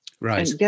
Right